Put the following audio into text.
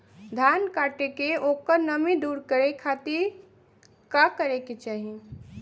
धान कांटेके ओकर नमी दूर करे खाती का करे के चाही?